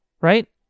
right